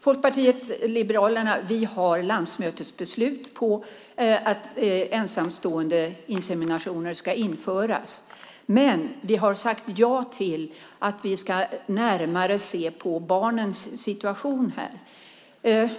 Folkpartiet liberalerna har landsmötesbeslut på att ensamståendeinseminationer ska införas. Men vi har sagt ja till att närmare se till barnens situation.